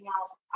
else